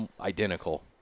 identical